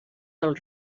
del